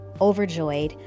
overjoyed